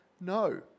no